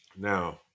Now